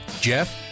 Jeff